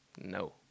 no